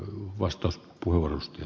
arvoisa puhemies